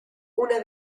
una